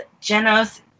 Genos